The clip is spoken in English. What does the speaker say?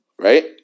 Right